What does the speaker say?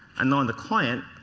and on the client.